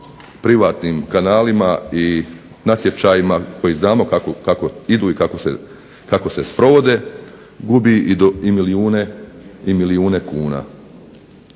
privatnim kanalima i natječajima koji znamo kako idu i kako se sprovode gubi i milijune kuna.